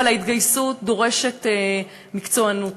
אבל ההתגייסות דורשת מקצוענות,